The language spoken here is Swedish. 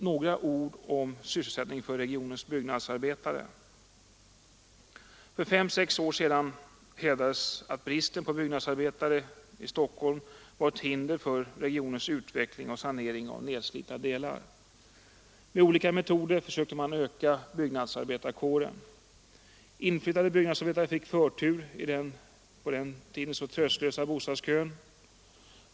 Några ord om sysselsättningen för regionens byggnadsarbetare. För fem sex år sedan hävdades att bristen på byggnadsarbetare i Stockholm var ett hinder för regionens utveckling och saneringen av nedslitna delar. Med olika metoder försökte man öka byggnadsarbetarkåren. Inflyttade byggnadsarbetare fick förtur i den på den tiden så tröstlösa bostadskön.